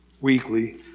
weekly